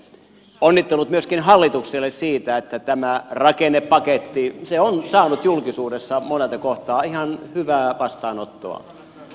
onnittelut myöskin hallitukselle siitä että tämä rakennepaketti on saanut julkisuudessa monelta kohtaa ihan hyvää vastaanottoa